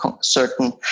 certain